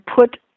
put